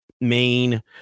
main